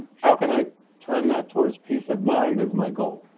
how can i turn that towards peace of mind as my goal?